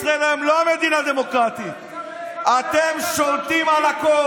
אנחנו הלבנים, אתם השחורים.